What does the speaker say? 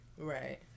Right